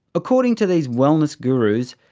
according to these wellness gurus,